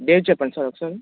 date చెప్పండి sir ఒకసారి